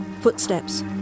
Footsteps